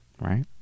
Right